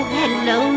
hello